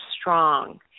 strong